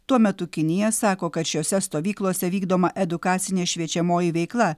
tuo metu kinija sako kad šiose stovyklose vykdoma edukacinė šviečiamoji veikla